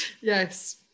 Yes